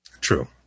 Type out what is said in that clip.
True